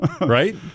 right